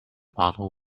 bottle